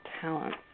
talent